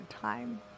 time